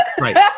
right